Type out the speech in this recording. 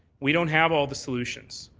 we don't have all the solutions.